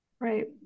Right